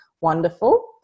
wonderful